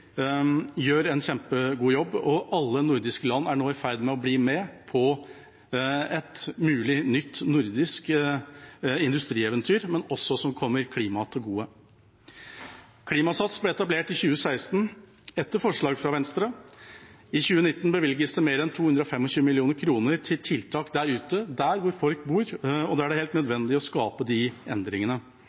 gjør en kjempegod jobb, og alle nordiske land er nå i ferd med å bli med på et mulig nytt nordisk industrieventyr, som også kommer klimaet til gode. Klimasats ble etablert i 2016, etter forslag fra Venstre. I 2019 bevilges det mer enn 225 mill. kr til tiltak der ute, der hvor folk bor, og der det er helt nødvendig å skape de endringene.